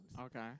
Okay